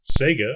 Sega